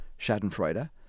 Schadenfreude